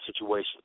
situation